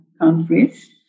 countries